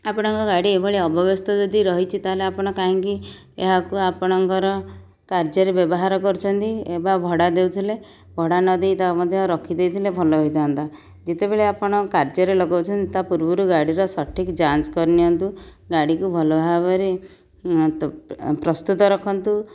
ଆପଣଙ୍କ ଗାଡ଼ି ଏଭଳି ଅବ୍ୟବସ୍ଥା ଯଦି ରହିଛି ତାହେଲେ ଆପଣ କାହିଁକି ଏହାକୁ ଆପଣଙ୍କର କାର୍ଯ୍ୟରେ ବ୍ୟବହାର କରିଛନ୍ତି ଏବା ଭଡ଼ା ଦେଉଥିଲେ ଭଡ଼ା ନଦେଇ ତାହା ମଧ୍ୟ ରଖିଦେଇଥିଲେ ଭଲ ହୋଇଥାନ୍ତା ଯେତେବେଳେ ଆପଣ କାର୍ଯ୍ୟରେ ଲଗଉଛନ୍ତି ତା ପୂର୍ବରୁ ଗାଡ଼ିର ସଠିକ୍ ଯାଞ୍ଚ କରି ନିଅନ୍ତୁ ଗାଡ଼ିକୁ ଭଲ ଭାବରେ ପ୍ରସ୍ତୁତରଖନ୍ତୁ